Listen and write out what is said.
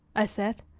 i said,